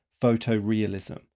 photorealism